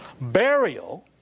Burial